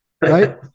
Right